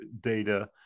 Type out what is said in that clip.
data